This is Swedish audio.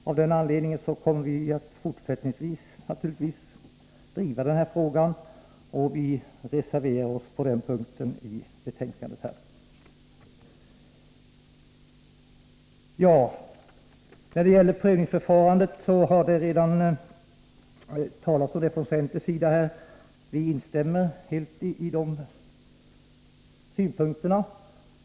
Av den anledningen kommer vi naturligtvis att fortsättningsvis driva den här frågan. Vi reserverar oss på den punkten i betänkandet. Prövningsförfarandet har centerns representant redan talat om här, och vi instämmer helt i de synpunkterna.